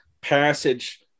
passage